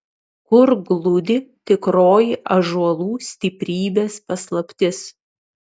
kur glūdi tikroji ąžuolų stiprybės paslaptis